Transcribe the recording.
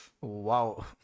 Wow